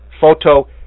photo